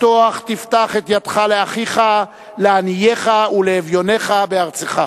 "פתח תפתח את ידך לאחיך, לעניך ולאבינך בארצך".